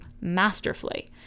masterfully